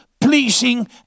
pleasing